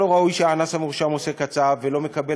לא ראוי שהאנס המורשע משה קצב ומקבל